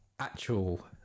actual